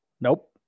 Nope